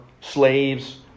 slaves